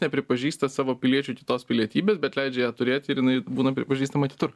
nepripažįsta savo piliečių kitos pilietybės bet leidžia ją turėti ir jinai būna pripažįstama kitur